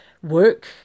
Work